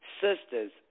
Sisters